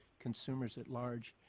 consumers at large.